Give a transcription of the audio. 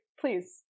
please